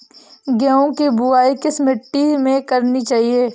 गेहूँ की बुवाई किस मिट्टी में करनी चाहिए?